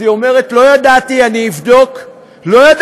אז היא אומרת: לא ידעתי, אני אבדוק, לא ידעתי.